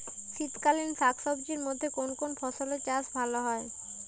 শীতকালীন শাকসবজির মধ্যে কোন কোন ফসলের চাষ ভালো হয়?